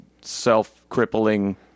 self-crippling